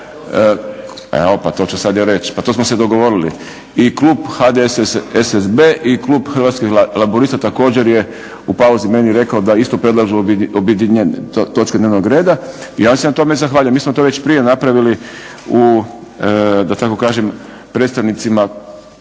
Evo pa to ću sad ja reći, pa to smo se dogovorili, i klub HDSSB i klub Hrvatskih laburista također je u pauzi meni rekao da isto predlažu objedinjenje točki dnevnog reda. Ja vam se na tome zahvaljujem. Mi smo to već prije napravili u da tako kažem predstavnicima